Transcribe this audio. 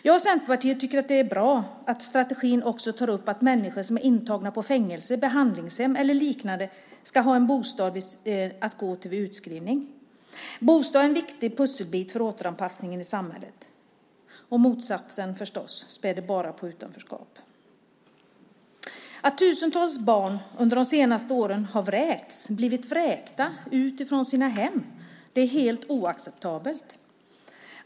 Jag och Centerpartiet tycker att det är bra att man i strategin också tar upp att människor som är intagna på fängelse, behandlingshem eller liknande ska ha en bostad att gå till vid utskrivning. Bostaden är en viktig pusselbit för återanpassningen till samhället. Motsatsen späder förstås bara på utanförskapet. Att tusentals barn under de senaste åren har vräkts - blivit vräkta - från sina hem är helt oacceptabelt.